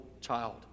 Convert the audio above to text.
child